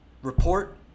Report